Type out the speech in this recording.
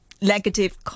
negative